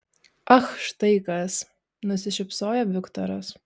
ach štai kas nusišypsojo viktoras